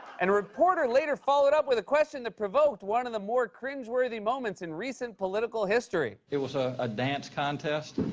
and a reporter later followed up with a question that provoked one of the more cringe-worthy moments in recent political history. it was ah a dance contest.